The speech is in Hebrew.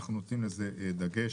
אנחנו נותנים לזה דגש,